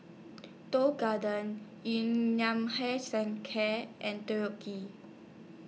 Tong Garden Yun Nam Hair Sun Care and